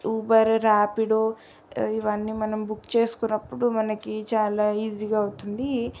Uber Rapido ఇవన్నీ మనం book చేసుకున్నప్పుడు మనకి చాలా ఈజీగా అవుతుంది